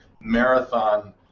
marathon